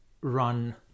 run